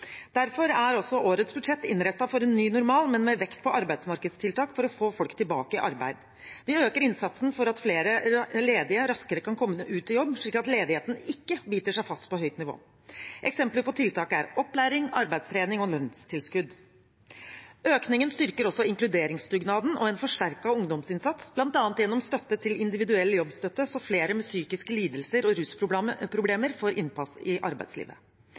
Derfor er årets budsjett innrettet for en ny normal, men med vekt på arbeidsmarkedstiltak for å få folk tilbake i arbeid. Vi øker innsatsen for at flere ledige raskere kan komme ut i jobb, slik at ledigheten ikke biter seg fast på et høyt nivå. Eksempler på tiltak er opplæring, arbeidstrening og lønnstilskudd. Økningen styrker også inkluderingsdugnaden og en forsterket ungdomsinnsats, bl.a. gjennom støtte til individuell jobbstøtte, så flere med psykiske lidelser og rusproblemer får innpass i arbeidslivet.